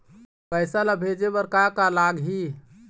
पैसा ला भेजे बार का का लगही?